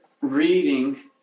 reading